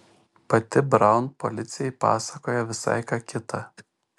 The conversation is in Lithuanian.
pati braun policijai pasakoja visai ką kitą